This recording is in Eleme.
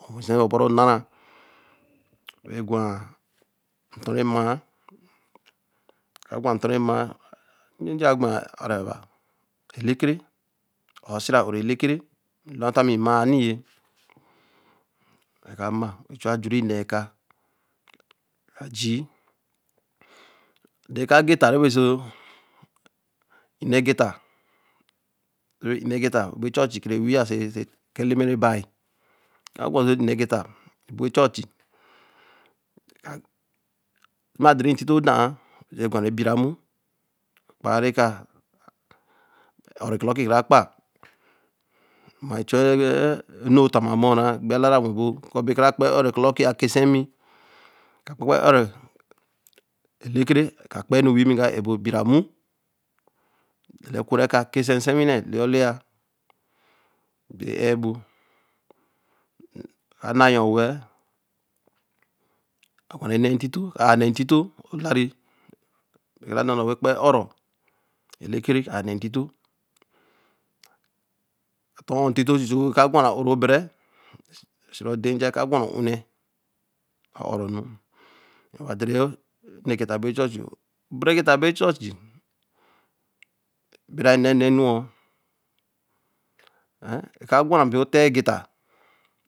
Nnwɛsɛɛ ɔbɔrū ɔnara we gwāa ntɔ̃ rɛ maa, ɛka gwa ntɔ̃ rɛ maa njenje gwa earaba lekere or sira'o lekere be nteami mmaaɛrie. Mgama, chu ajurii nɛɛka mgajii. Ade ka geta nɛboso nnɛ geta rɛ nne geta bo chɔɔch rɛ ke re wia se, se kā Leme rɛ̃ bai, Kagwa so nnɛ geta bo chɔɔch ma de ri ntito dā' ā, rɛ bāru bira mmu, kpaaru ɛka. Be ɔɔrɔ kɔlɔki kara kpa, mmae-é chuenu otāma amɔ̃ɔrā gbealala eā nnwe bo kɔ be kara kpa ɔrɔ'ekɔlɔki akesɛmi kpa ɔrɔ'elekere ka kpe nu wiimi nwii mga ebo bira mmu, nwii mga daleekurɛ ka, kɛse nsɛnwinɛ, lea olea e'ɛɛbo. Mgana annyɔ wɛɛ, gwaru nɛɛ ntito mga' a nsɛ ntito ɔlare, kara na nɔ̃ we kpɔ ɔrɔ lekere mga'a nɛɛ ntito Mgatɔ̃. ntito chuchuu kagwa oro- bɛrɛ̃, msirāade nja, ɛkagwa o’ unɛ a'ara once. Ade rɔ nne geta'bo echɔɔchi, bɛrɛ egeta boe echɔɔchi bdra nnɛ nnenuɔ̃ɔ, ɛkagwabo teegeta.